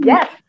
Yes